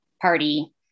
party